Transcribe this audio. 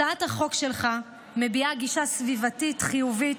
הצעת החוק שלך מביעה גישה סביבתית חיובית,